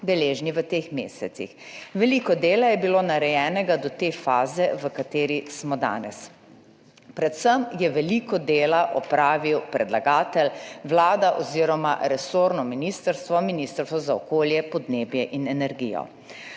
deležni v teh mesecih. Veliko dela je bilo narejenega do te faze, v kateri smo danes. Predvsem je veliko dela opravil predlagatelj, Vlada oziroma resorno ministrstvo, Ministrstvo za okolje, podnebje in energijo.